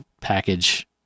package